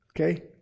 Okay